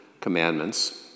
Commandments